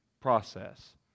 process